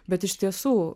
bet iš tiesų